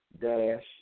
dash